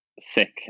sick